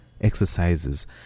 exercises